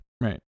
Right